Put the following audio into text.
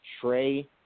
Trey